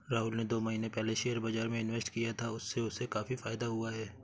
राहुल ने दो महीने पहले शेयर बाजार में इन्वेस्ट किया था, उससे उसे काफी फायदा हुआ है